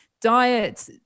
diet